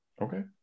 okay